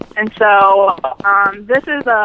and so um this is ah